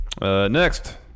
Next